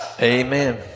Amen